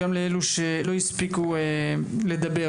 גם אלה שלא הספיקו לדבר.